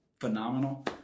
phenomenal